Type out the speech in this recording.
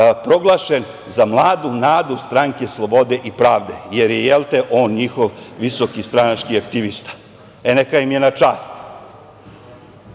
proglašen za mladu nadu Stranke slobode i pravde, jer je on njihov visoki stranački aktivista. E, neka im je na čast.